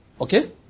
Okay